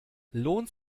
lohnt